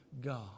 God